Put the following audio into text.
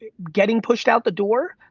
getting pushed out the door,